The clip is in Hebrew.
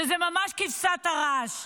שזה ממש כבשת הרש.